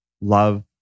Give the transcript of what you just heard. love